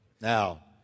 Now